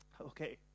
okay